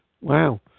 Wow